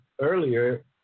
earlier